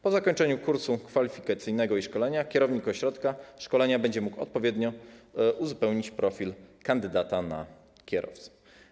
Po zakończeniu kursu kwalifikacyjnego i szkolenia kierownik ośrodka szkolenia będzie mógł odpowiednio uzupełnić profil kandydata na kierowcę.